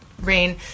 Rain